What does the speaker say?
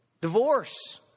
Divorce